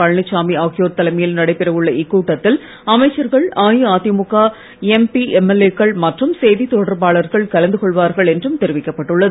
பழனிச்சாமி ஆகியோர் தலைமையில் நடைபெற உள்ள இக்கூட்டத்தில் அமைச்சர்கள் அஇஅதிமுக எம்பி எம்எல்ஏ க்கள் மற்றும் செய்தித்தொடர்பாளர்கள் கலந்துகொள்வார்கள் என்றும் தெரிவிக்கப் பட்டுள்ளது